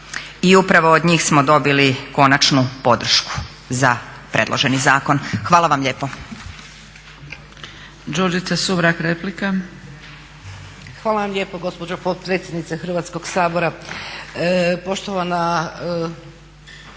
i upravo od njih smo dobili konačnu podršku za predloženi zakon. Hvala vam lijepo.